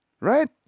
right